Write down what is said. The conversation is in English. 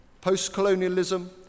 post-colonialism